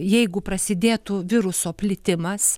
jeigu prasidėtų viruso plitimas